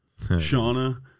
Shauna